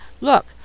Look